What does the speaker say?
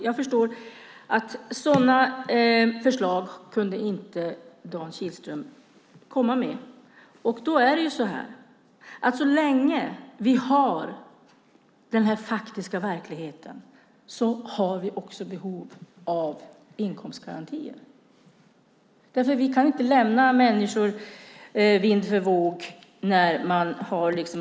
Jag förstår att några svar kunde Dan Kihlström inte komma med. Så länge den faktiska verkligheten är som den är finns det ett behov av inkomstgarantier, för vi kan inte lämna människor vind för våg.